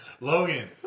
Logan